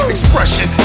Expression